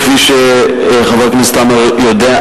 כפי שחבר הכנסת עמאר יודע,